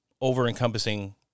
over-encompassing